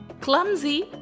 Clumsy